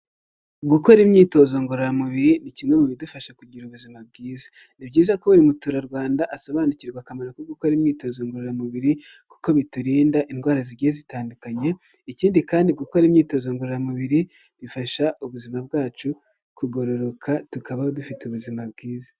Gukora imyitozo ngororamubiri, ni kimwe mu bidufasha kugira ubuzima bwiza. Ni byiza ko buri muturarwanda asobanukirwa akamaro ko gukora imyitozo ngororamubiri kuko biturinda indwara zigiye zitandukanye, ikindi kandi gukora imyitozo ngororamubiri bifasha ubuzima bwacu kugororoka, tukabaho dufite ubuzima bwiza.